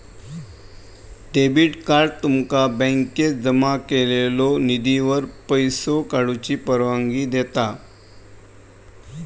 debit card तुमका बँकेत जमा केलेल्यो निधीवर पैसो काढूची परवानगी देता